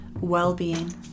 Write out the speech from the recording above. well-being